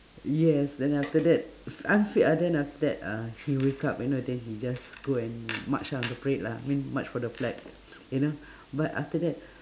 yes then after that f~ unfit ah then after that uh he wake up you know then he just go and march ah on the parade lah I mean march for the flag you know but after that